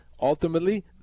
ultimately